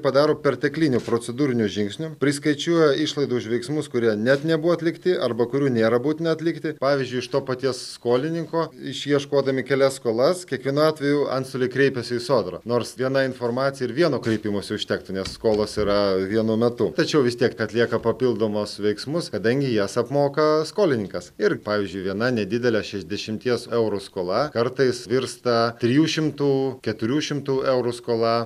padaro perteklinį procedūrinio žingsnio priskaičiuoja išlaidų už veiksmus kurie net nebuvo atlikti arba kurių nėra būtina atlikti pavyzdžiui iš to paties skolininko išieškodami kelias skolas kiekvienu atveju antstolė kreipėsi į sodrą nors viena informacija ir vieno kreipimosi užtektų nes skolos yra vienu metu tačiau vis tiek atlieka papildomus veiksmus kadangi jas apmoka skolininkas ir pavyzdžiui viena nedidelė šešiasdešimties eurų skola kartais virsta trijų šimtų keturių šimtų eurų skola